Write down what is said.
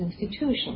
institution